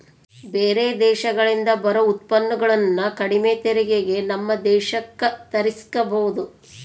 ಬೇರೆ ದೇಶಗಳಿಂದ ಬರೊ ಉತ್ಪನ್ನಗುಳನ್ನ ಕಡಿಮೆ ತೆರಿಗೆಗೆ ನಮ್ಮ ದೇಶಕ್ಕ ತರ್ಸಿಕಬೊದು